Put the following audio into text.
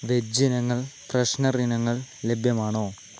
veg ഇനങ്ങൾ freshener ഇനങ്ങൾ ലഭ്യമാണോ